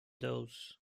dose